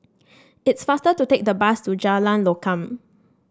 it's faster to take the bus to Jalan Lokam